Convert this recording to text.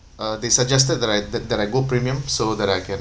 uh they suggested that I that that I go premium so that I can